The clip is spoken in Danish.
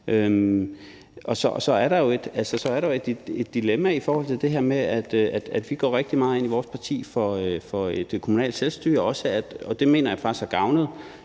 Og så er der jo et dilemma i forhold til det her med, at vi i vores parti går rigtig meget ind for et kommunalt selvstyre. Og jeg mener faktisk, at det